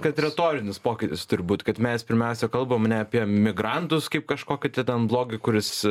kad retorinis pokytis turi būt kad mes pirmiausia kalbam ne apie migrantus kaip kažkokį tai ten blogį kuris